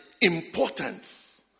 importance